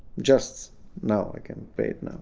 just now, i can pay